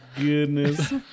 goodness